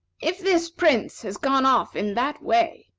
if this prince has gone off in that way,